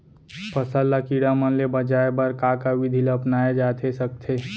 फसल ल कीड़ा मन ले बचाये बर का का विधि ल अपनाये जाथे सकथे?